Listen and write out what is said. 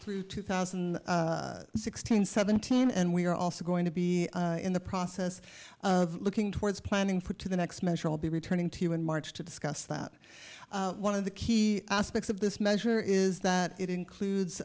through two thousand and sixteen seventeen and we are also going to be in the process of looking towards planning for to the next measure i'll be returning to in march to discuss that one of the key aspects of this measure is that it includes